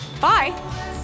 Bye